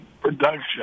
production